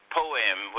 poem